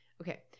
Okay